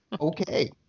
Okay